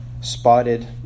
spotted